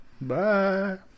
Bye